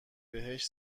بهش